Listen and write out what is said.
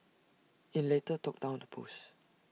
IT later took down the post